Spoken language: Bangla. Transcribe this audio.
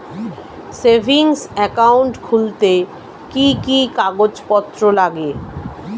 সেভিংস একাউন্ট খুলতে কি কি কাগজপত্র লাগে?